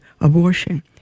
abortion